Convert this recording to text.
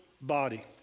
body